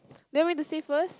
then you want me to say first